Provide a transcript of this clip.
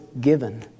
given